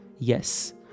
Yes